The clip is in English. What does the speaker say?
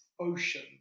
ocean